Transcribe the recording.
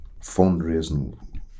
fundraising